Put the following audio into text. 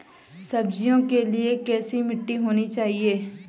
सब्जियों के लिए कैसी मिट्टी होनी चाहिए?